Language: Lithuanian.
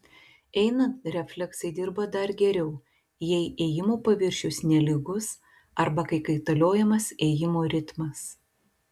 einant refleksai dirba dar geriau jei ėjimo paviršius nelygus arba kai kaitaliojamas ėjimo ritmas